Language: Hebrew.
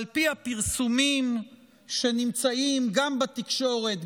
על פי הפרסומים שנמצאים גם בתקשורת,